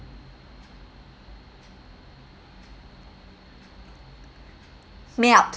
melt